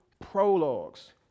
prologues